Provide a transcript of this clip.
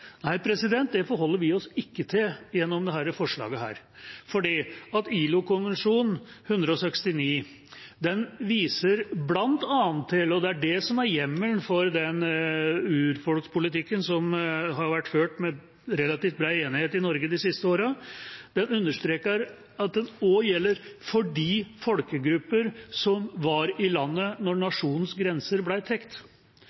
det forholder vi oss ikke til gjennom dette forslaget. ILO-konvensjon nr. 169 viser bl.a. til og understreker, og det er det som er hjemmelen for den urfolkspolitikken som har vært ført med relativt bred enighet i Norge de siste årene, at den også gjelder for de folkegruppene som var i landet